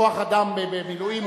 כוח-אדם ומילואים.